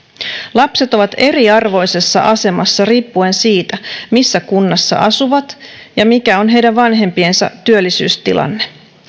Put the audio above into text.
lapset ovat eriarvoisessa asemassa riippuen siitä missä kunnassa asuvat ja mikä on heidän vanhempiensa työllisyystilanne